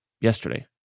yesterday